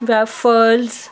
baffles